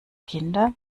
kinder